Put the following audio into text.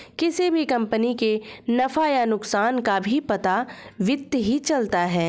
किसी भी कम्पनी के नफ़ा या नुकसान का भी पता वित्त ही चलता है